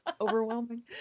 Overwhelming